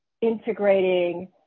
integrating